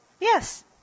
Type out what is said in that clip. Yes